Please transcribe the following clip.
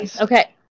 Okay